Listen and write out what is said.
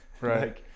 right